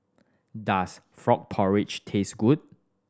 does frog porridge taste good